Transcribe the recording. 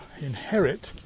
inherit